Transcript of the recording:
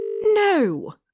No